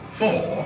four